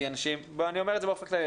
כי אנשים אני אומר את זה באופן כללי,